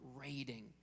raiding